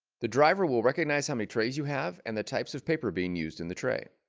the driver will recognize how many trays you have and the types of paper being used in the tray.